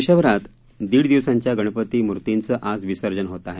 देशभरात दिड दिवसांच्या गणपती मूर्तीचं आज विसर्जन होत आहे